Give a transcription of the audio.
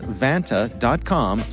vanta.com